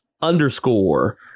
underscore